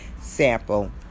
sample